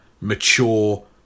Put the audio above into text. mature